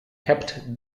kept